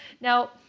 Now